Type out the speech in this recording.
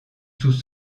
sous